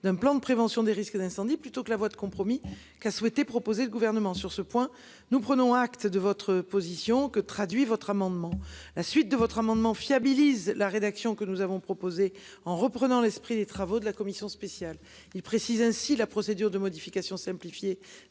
d'un plan de prévention des risques d'incendie, plutôt que la voie de compromis qui a souhaité proposer le gouvernement sur ce point. Nous prenons acte de votre position que traduit votre amendement. La suite de votre amendement fiabiliser la rédaction. Que nous avons proposé en reprenant l'esprit des travaux de la commission spéciale il précise ainsi la procédure de modification simplifiée